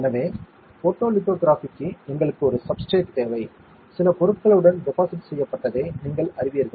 எனவே ஃபோட்டோலித்தோகிராஃபிக்கு எங்களுக்கு ஒரு சப்ஸ்ட்ரேட் தேவை சில பொருட்களுடன் டெபாசிட் செய்யப்பட்டதை நீங்கள் அறிவீர்கள்